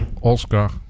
Oscar